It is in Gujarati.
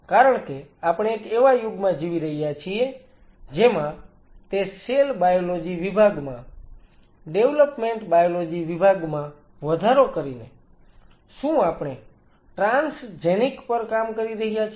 કારણ કે આપણે એક એવા યુગમાં જીવી રહ્યા છીએ જેમાં તે સેલ બાયોલોજી વિભાગમાં ડેવલપમેન્ટ બાયોલોજી વિભાગમાં વધારો કરીને શું આપણે ટ્રાન્સજેનિક્સ પર કામ કરીએ છીએ